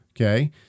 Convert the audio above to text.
okay